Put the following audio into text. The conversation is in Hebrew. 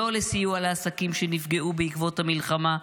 לא לסיוע לעסקים שנפגעו בעקבות המלחמה,